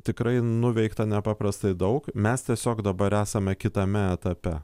tikrai nuveikta nepaprastai daug mes tiesiog dabar esame kitame etape